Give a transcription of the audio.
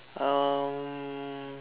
um